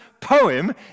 poem